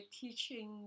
teaching